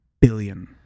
billion